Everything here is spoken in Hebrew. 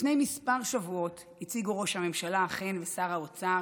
לפני כמה שבועות הציגו ראש הממשלה ושר האוצר